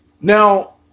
Now